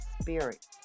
spirit